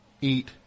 eat